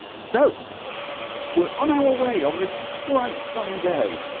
so we're on our way on this bright sunny day